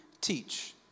teach